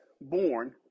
born